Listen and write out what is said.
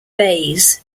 bays